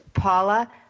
Paula